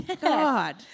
God